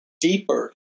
deeper